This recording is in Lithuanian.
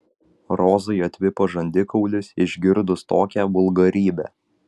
rozai atvipo žandikaulis išgirdus tokią vulgarybę